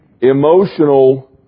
emotional